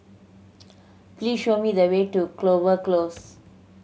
please show me the way to Clover Close